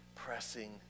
Pressing